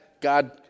God